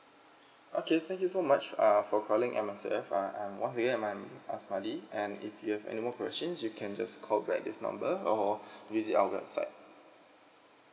okay thank you so much uh for calling M_S_F uh I'm once again I'm I'm aswati and if you have any more questions you can just call back this number or visit our website